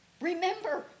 remember